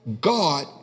God